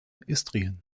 istrien